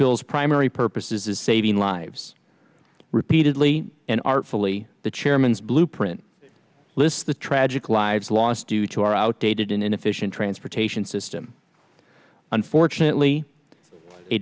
bill's primary purposes is saving lives repeatedly and artfully the chairman's blueprint lists the tragic lives lost due to our outdated in an efficient transportation system unfortunately a